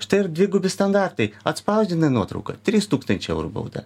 štai ir dvigubi standartai atspausdinai nuotrauką trys tūkstančiai eurų bauda